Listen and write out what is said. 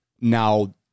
now